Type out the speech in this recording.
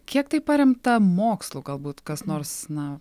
kiek tai paremta mokslu galbūt kas nors na